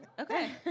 Okay